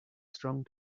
strong